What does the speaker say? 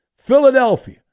Philadelphia